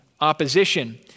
opposition